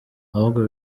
ahubwo